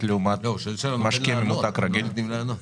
לעומת משקה ממותק רגיל?